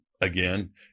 again